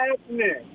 happening